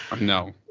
No